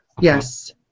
Yes